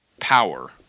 power